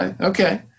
okay